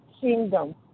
kingdom